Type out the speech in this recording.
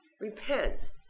Repent